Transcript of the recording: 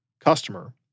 customer